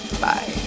bye